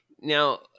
now